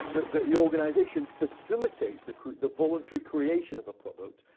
the the yeah organization facilitates the the voluntary creation of a product.